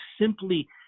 simply